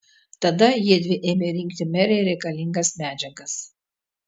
tada jiedvi ėmė rinkti merei reikalingas medžiagas